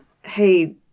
Hey